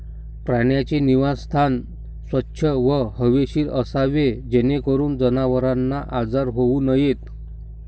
प्राण्यांचे निवासस्थान स्वच्छ व हवेशीर असावे जेणेकरून जनावरांना आजार होऊ नयेत